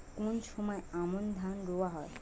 কোন সময় আমন ধান রোয়া হয়?